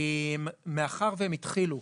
מאחר והם התחילו,